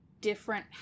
different